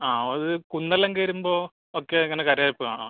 ആ അത് കുന്ന് എല്ലാം കേറുമ്പോൾ ഒക്കെ അങ്ങനെ കരകരപ്പ് കാണാം